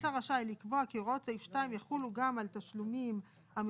השר רשאי לקבוע כי הוראות סעיף 2 יחולו גם על תשלומים המשולמים